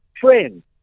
Friends